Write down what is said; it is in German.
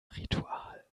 ritual